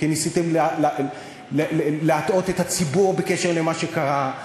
כי ניסיתם להטעות את הציבור בקשר למה שקרה,